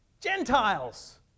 Gentiles